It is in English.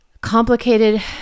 complicated